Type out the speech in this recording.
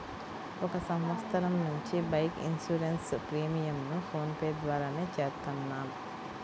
ఒక సంవత్సరం నుంచి బైక్ ఇన్సూరెన్స్ ప్రీమియంను ఫోన్ పే ద్వారానే చేత్తన్నాం